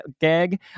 gag